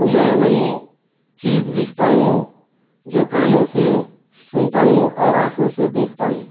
تو میں وہیں چیز لکھتا ہوں جو کانوں سے سنتا ہوں اور آنکھوں سے دیکھتا ہوں